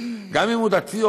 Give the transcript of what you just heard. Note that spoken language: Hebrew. גם אם הוא דתי,